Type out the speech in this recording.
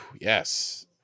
yes